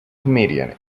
comedian